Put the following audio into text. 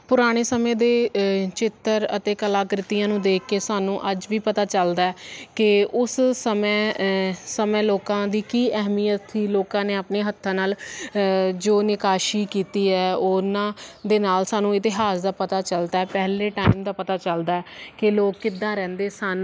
ਪੁਰਾਣੇ ਸਮੇਂ ਦੇ ਚਿੱਤਰ ਅਤੇ ਕਲਾਕ੍ਰਿਤੀਆਂ ਨੂੰ ਦੇਖ ਕੇ ਸਾਨੂੰ ਅੱਜ ਵੀ ਪਤਾ ਚੱਲਦਾ ਕਿ ਉਸ ਸਮੇਂ ਸਮੇਂ ਲੋਕਾਂ ਦੀ ਕੀ ਅਹਿਮੀਅਤ ਦੀ ਲੋਕਾਂ ਨੇ ਆਪਣੇ ਹੱਥਾਂ ਨਾਲ ਜੋ ਨਿਕਾਸ਼ੀ ਕੀਤੀ ਹੈ ਉਹਨਾਂ ਦੇ ਨਾਲ ਸਾਨੂੰ ਇਤਿਹਾਸ ਦਾ ਪਤਾ ਚੱਲਦਾ ਪਹਿਲੇ ਟਾਈਮ ਦਾ ਪਤਾ ਚੱਲਦਾ ਕਿ ਲੋਕ ਕਿੱਦਾਂ ਰਹਿੰਦੇ ਸਨ